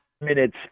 minutes